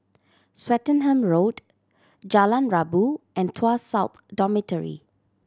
Swettenham Road Jalan Rabu and Tuas South Dormitory